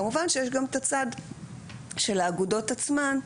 כמובן שיש גם את הצד של האגודות עצמן,